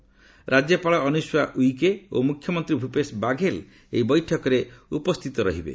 ରାକ୍ୟପାଳ ଅନୁସୂୟା ଉଇକେ ଓ ମୁଖ୍ୟମନ୍ତ୍ରୀ ଭୂପେଶ ବାଘେଲ ଏହି ବୈଠକରେ ଉପସ୍ଥିତ ରହିବେ